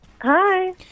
Hi